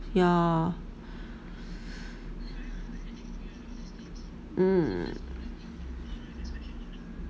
yeah mm